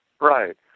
Right